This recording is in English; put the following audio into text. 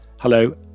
hello